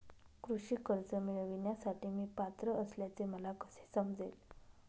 कृषी कर्ज मिळविण्यासाठी मी पात्र असल्याचे मला कसे समजेल?